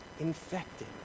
infected